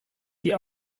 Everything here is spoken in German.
die